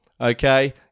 okay